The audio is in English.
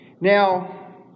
Now